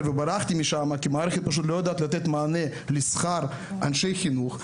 וברחתי משם כי המערכת פשוט לא יודעת לתת מענה לשכר אנשי חינוך.